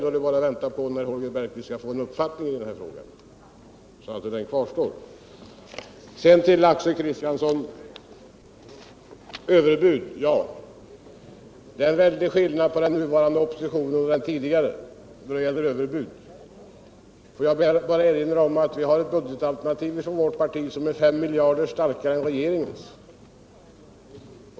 Nu har vi bara att vänta på att Holger Bergqvist skall få en uppfattning i den här frågan. Axel Kristiansson talade om överbud. Ja, det är en väldig skillnad mellan den nuvarande oppositionen och den tidigare då det gäller överbud. Låt mig bara erinra om att vårt parti har ett budgetalternativ som är 5 miljarder starkare än regeringens.